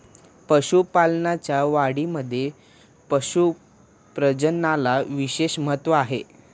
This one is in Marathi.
पशुपालनाच्या वाढीमध्ये पशु प्रजननाला विशेष महत्त्व आहे